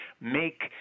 make